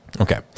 Okay